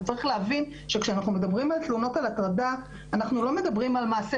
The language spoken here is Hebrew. צריך להבין שכשאנחנו מדברים על תלונות על הטרדה אנחנו לא מדברים על מעשה